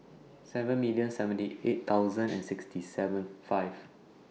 seven million seventy eight thousand and six hundred seventy five